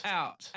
out